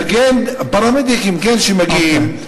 פרמדיקים, כן, שמגיעים.